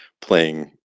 playing